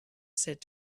said